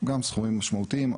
גם סכומים משמעותיים,